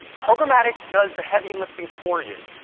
programmatic does the heavy lift ing for you.